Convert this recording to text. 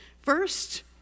First